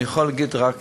אני יכול להגיד רק